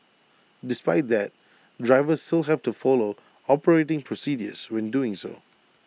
despite that drivers still have to follow operating procedures when doing so